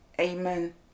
amen